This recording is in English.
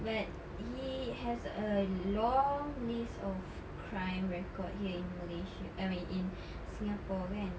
but he has a long list of crime record here in Malaysia I mean in Singapore kan